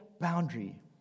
boundary